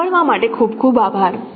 સાંભળવા માટે ખૂબ ખૂબ આભાર